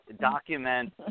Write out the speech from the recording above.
document